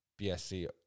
BSC